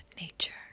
nature